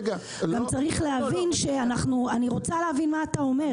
רגע --- אני רוצה להבין מה אתה אומר,